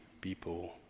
people